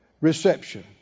reception